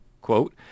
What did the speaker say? quote